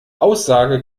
aussage